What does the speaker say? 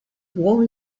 only